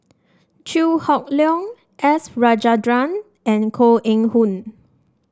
Chew Hock Leong S Rajendran and Koh Eng Hoon